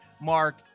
mark